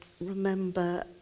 remember